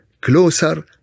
closer